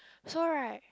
so right